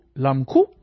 Lamku